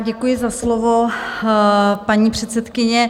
Děkuji za slovo, paní předsedkyně.